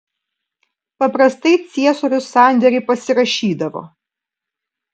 paprastai ciesorius sandėrį pasirašydavo